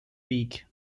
weg